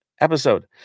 episode